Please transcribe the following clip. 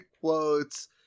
quotes